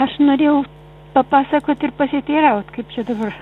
aš norėjau papasakot ir pasiteiraut kaip čia dabar